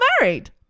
married